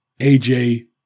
AJ